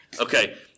Okay